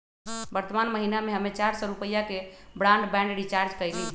वर्तमान महीना में हम्मे चार सौ रुपया के ब्राडबैंड रीचार्ज कईली